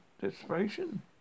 desperation